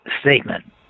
statement